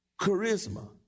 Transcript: charisma